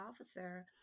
officer